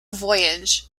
voyage